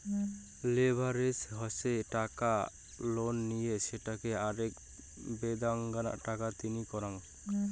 leverage হসে টাকা লোনে নিয়ে সেটোকে আরাক বেদাঙ্গনা টাকা তিনি করাঙ